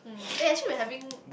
mm eh actually we're having